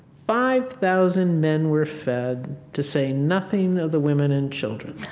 five thousand men were fed to say nothing of the women and children.